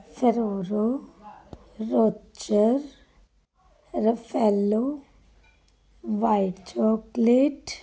Ferrero Rocher Raffaello white chocolate